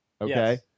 okay